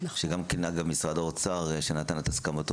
שגם כן אגב משרד האוצר נתן את הסכמתו,